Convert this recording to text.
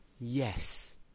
yes